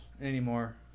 anymore